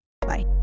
Bye